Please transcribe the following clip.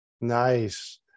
nice